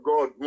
God